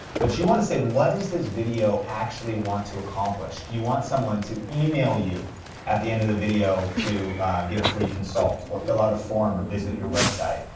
but you wanna say what does this video actually want to accomplish? do you want someone to email you at the end of the video to get a free consult, or fill out a form, or visit your website?